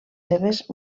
seves